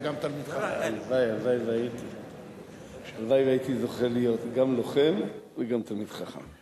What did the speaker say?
הלוואי שהייתי זוכה להיות גם לוחם וגם תלמיד חכם.